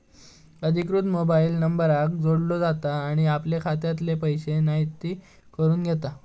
अधिकृत मोबाईल नंबराक जोडलो जाता आणि आपले खात्यातले पैशे म्हायती करून घेता